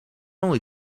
only